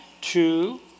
two